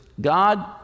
God